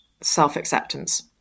self-acceptance